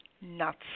nuts